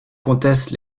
comtesse